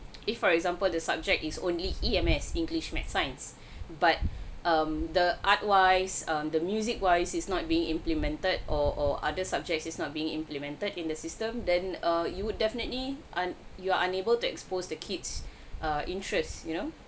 if for example the subject is only E_M_S english maths science but um the art wise um the music wise is not being implemented or or other subjects is not being implemented in the system then err you would definitely and you are unable to expose the kids err interest you know